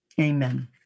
Amen